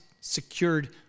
secured